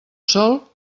sol